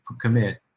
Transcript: commit